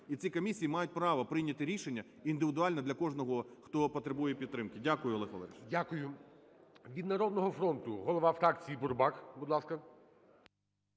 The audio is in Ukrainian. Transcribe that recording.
і ці комісії мають право прийняти рішення індивідуально для кожного, хто потребує підтримки. Дякую, Олег Валерійович. ГОЛОВУЮЧИЙ. Дякую. Від "Народного фронту" голова фракції Бурбак, будь ласка.